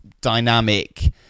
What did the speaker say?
dynamic